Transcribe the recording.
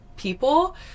people